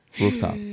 Rooftop